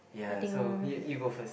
nothing